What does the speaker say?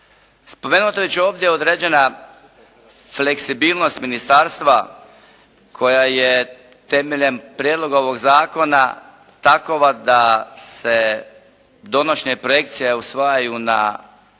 Spomenuto je već ovdje određena fleksibilnost ministarstva koja je temeljem prijedloga ovog zakona takova da se donošenje projekcija usvajaju na